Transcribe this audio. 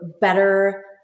better